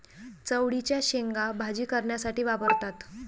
चवळीच्या शेंगा भाजी करण्यासाठी वापरतात